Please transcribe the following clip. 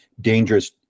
dangerous